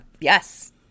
Yes